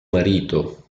marito